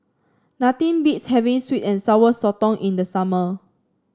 nothing beats having sweet and Sour Sotong in the summer